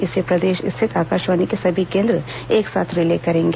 इसे प्रदेश स्थित आकाशवाणी के सभी केंद्र एक साथ रिले करेंगे